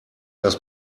das